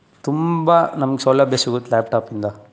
ತುಂಬ ನಮ್ಗೆ ಸೌಲಭ್ಯ ಸಿಗುತ್ತೆ ಲ್ಯಾಪ್ಟಾಪಿಂದ